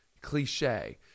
cliche